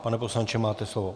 Pane poslanče, máte slovo.